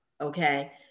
okay